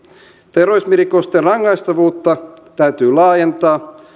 terrorismirikosten rangaistavuutta täytyy laajentaa